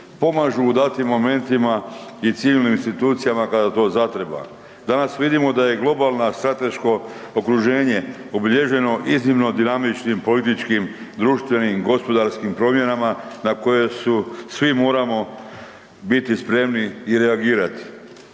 pomažu u datim momentima i civilnim institucijama kada to zatreba. Danas vidimo da je globalno strateško okruženje obilježeno iznimno dinamičnim političkim, društvenim, gospodarskim promjenama na koje svi moramo biti spremni i reagirati.